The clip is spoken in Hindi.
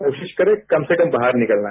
कोशिश करें कम से कम बाहर निकलना